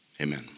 amen